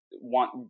want